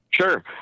Sure